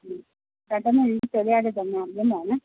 മ് പെട്ടെന്ന് എനിക്ക് ശെരിയാക്കി തരണം അർജന്റ് ആണെ